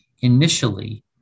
initially